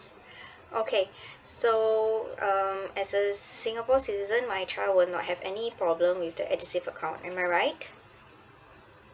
okay so um as a singapore citizen my child will not have any problem with the edusave account am I right